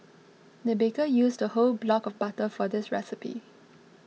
the baker used a whole block of butter for this recipe